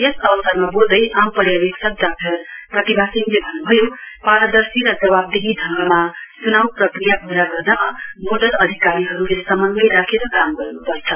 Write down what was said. यस अवसरमा बोल्दै आम पर्यावेक्षक डाक्टर प्रतिभा सिंहले भन्न् भयो पारदर्शी र जवाफदेही ढङ्गमा च्नाउ प्रक्रिया पूरा गर्नमा नोडल अधिकारीहरूले समन्वय राखेर काम गर्न्पर्छ